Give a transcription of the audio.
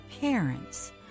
parents